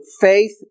faith